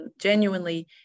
genuinely